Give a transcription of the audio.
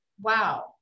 wow